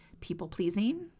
people-pleasing